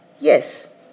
yes